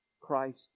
Christ